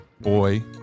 boy